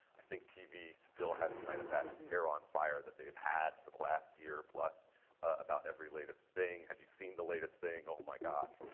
i think tv still has kind of that hair on fire that they've had for the last year plus about every latest thing have you seen the latest thing? oh, my gosh.